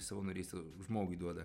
savanorystė žmogui duoda